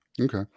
Okay